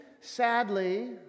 sadly